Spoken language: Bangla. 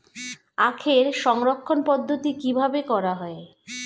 আখের সংরক্ষণ পদ্ধতি কিভাবে করা হয়?